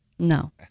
No